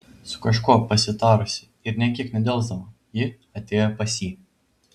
su kažkuo pasitarusi ir nė kiek nedelsdama ji atėjo pas jį